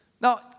Now